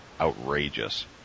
outrageous